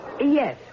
Yes